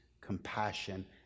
compassion